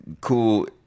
cool